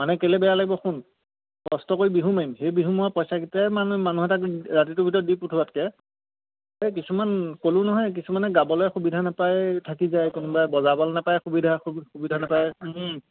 মানে কেলে বেয়া লাগিব শুন কষ্ট কৰি বিহু মাৰিম সেই বিহু মৰা পইচাকেইটাই মানে মানুহে তাক ৰাতিটোৰ ভিতৰত দি পঠোৱাতকে এই কিছুমান ক'লোঁ নহয় কিছুমানে গাবলে সুবিধা নাপায় থাকি যায় কোনোবাই বজাবলে সুবিধা নাপাই সুবিধা সুবিধা নাপায়